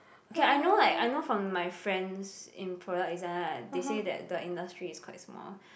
okay I know like I know from my friends in product design ah they say the industry is quite small